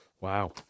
Wow